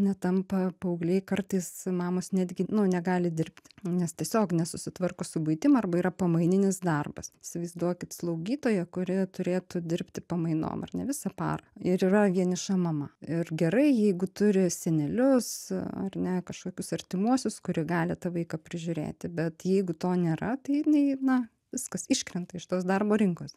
netampa paaugliai kartais mamos netgi nu negali dirbt nes tiesiog nesusitvarko su buitim arba yra pamaininis darbas įsivaizduokit slaugytoja kuri turėtų dirbti pamainom ar ne visą parą ir yra vieniša mama ir gerai jeigu turi senelius ar ne kažkokius artimuosius kurie gali tą vaiką prižiūrėti bet jeigu to nėra tai jinai na viskas iškrenta iš tos darbo rinkos